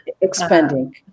Expanding